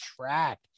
track